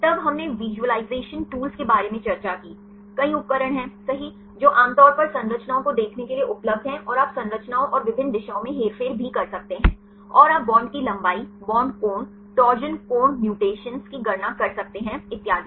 तब हमने visualisation tools के बारे में चर्चा की कई उपकरण हैं सही जो आमतौर पर संरचनाओं को देखने के लिए उपलब्ध हैं और आप संरचनाओं और विभिन्न दिशाओं में हेरफेर भी कर सकते हैं और आप बांड की लंबाई बांड कोण टॉरशन कोण म्यूटेशन की गणना कर सकते हैंइतियादी